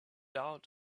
out